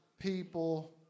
people